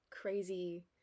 crazy